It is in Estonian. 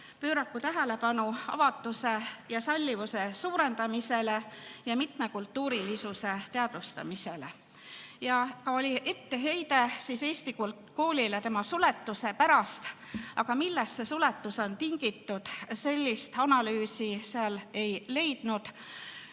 pööraku tähelepanu avatuse ja sallivuse suurendamisele ja mitmekultuurilisuse teadvustamisele. Ja oli etteheide Eesti koolile tema suletuse pärast. Aga millest see suletus on tingitud, sellist analüüsi sealt ei leidnud.